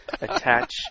attach